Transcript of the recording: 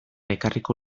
ekarriko